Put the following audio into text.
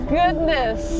goodness